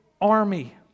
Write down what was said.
army